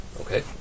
Okay